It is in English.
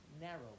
Narrow